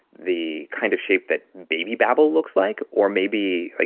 the kind of shape that baby babble looks like? or maybe, like,